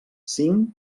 cinc